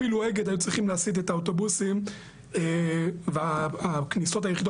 אפילו אגד היו צריכים להסית את האוטובוסים והכניסות היחידות